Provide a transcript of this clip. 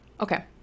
Okay